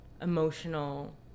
emotional